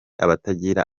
abatagira